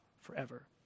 forever